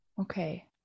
Okay